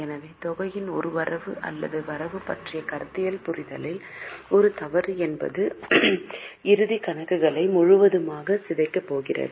எனவே தொகையின் ஒரு வரவு அல்லது வரவு பற்றிய கருத்தியல் புரிதலில் ஒரு தவறு என்பது இறுதிக் கணக்குகளை முழுவதுமாக சிதைக்கப் போகிறது